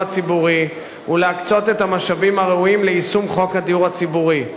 הציבורי ולהקצות את המשאבים הראויים ליישום חוק הדיור הציבורי.